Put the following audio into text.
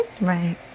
Right